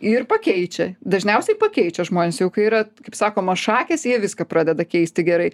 ir pakeičia dažniausiai pakeičia žmonės kai jau yra kaip sakoma šakės jie viską pradeda keisti gerai